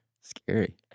Scary